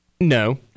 no